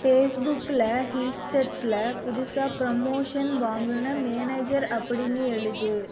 face புக்கில் ஹில்ஸ்டட்டில் புதுசாக ப்ரமோஷன் வாங்கின மேனேஜர் அப்படின்னு எழுது